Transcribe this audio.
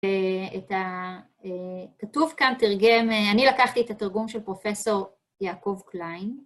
את הכתוב כאן תרגם, אני לקחתי את התרגום של פרופ' יעקב קליין.